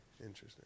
Interesting